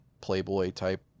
playboy-type